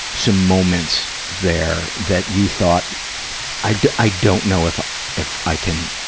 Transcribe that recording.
some moments there that you thought i do i don't know if if i can